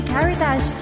Caritas